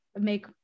make